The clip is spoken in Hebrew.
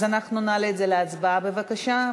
נעלה את זה להצבעה, בבקשה.